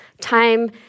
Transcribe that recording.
time